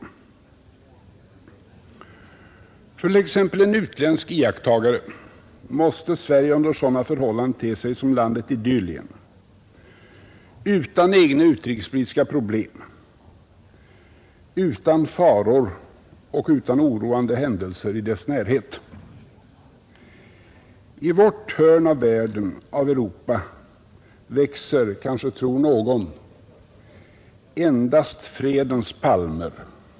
För t.ex. en utländsk iakttagare måste Sverige under sådana förhållanden te sig såsom landet Idyllien utan egna utrikespolitiska problem, utan faror och utan oroande händelser i dess närhet. I vårt hörn av Europa växer, tror kanske någon, endast fredens palmer.